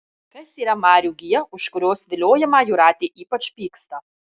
kas yra marių gija už kurios viliojimą jūratė ypač pyksta